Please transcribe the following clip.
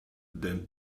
than